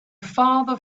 father